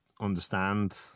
understand